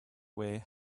way